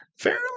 fairly